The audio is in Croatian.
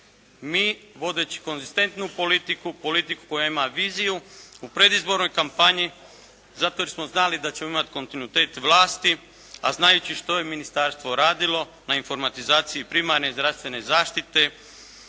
Mi vodeći konzistentnu politiku, politiku koja ima viziju u predizbornoj kampanji zato jer smo znali da ćemo imati kontinuitet vlasti, a znajući što je ministarstvo radilo na informatizaciji primarne i zdravstvene zaštite